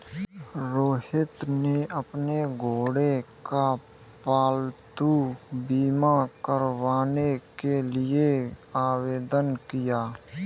रोहित ने अपने घोड़े का पालतू बीमा करवाने के लिए आवेदन किया